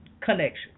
connection